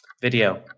Video